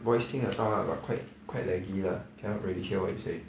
voice 听得到 lah but quite quite laggy lah cannot really hear what you say